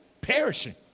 Perishing